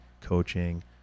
coaching